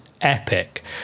epic